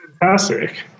fantastic